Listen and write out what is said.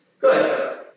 Good